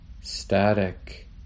static